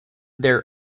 their